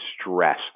stress